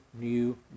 new